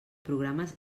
programes